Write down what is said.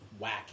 wacky